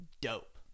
dope